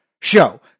show